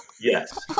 yes